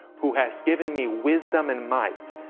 who hast given me wisdom and might,